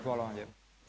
Hvala vam lijepo.